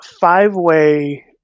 Five-way